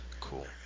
Cool